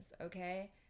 okay